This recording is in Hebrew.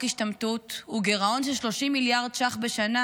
השתמטות היא גירעון של 30 מיליארד ש"ח בשנה,